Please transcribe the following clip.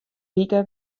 wike